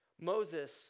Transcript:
Moses